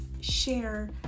share